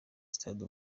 stade